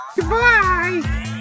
Goodbye